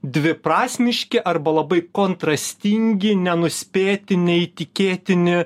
dviprasmiški arba labai kontrastingi nenuspėti neįtikėtini